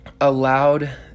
allowed